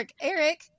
Eric